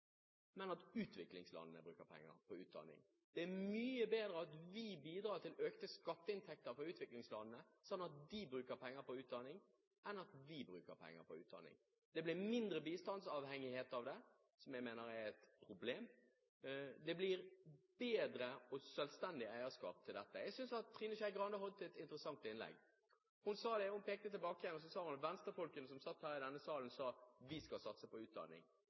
men at utviklingslandene bruker penger på utdanning. Det er mye bedre at vi bidrar til økte skatteinntekter for utviklingslandene sånn at de bruker penger på utdanning, enn at vi bruker penger på utdanning. Det blir mindre bistandsavhengighet av det, som jeg mener er et problem. Det blir bedre og mer selvstendig eierskap til det. Jeg synes at Trine Skei Grande holdt et interessant innlegg. Hun pekte tilbake på Venstre-folkene som satt i denne salen og sa: Vi skal satse på utdanning. Det er riktig. Det er ikke vi som sitter her i denne salen som skal